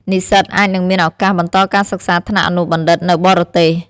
និស្សិតអាចនឹងមានឱកាសបន្តការសិក្សាថ្នាក់អនុបណ្ឌិតនៅបរទេស។